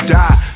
die